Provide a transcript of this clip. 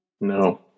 no